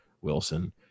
Wilson